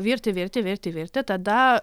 virti virti virti virti tada